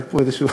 היה פה איזשהו